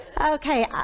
Okay